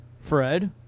fred